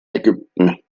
ägypten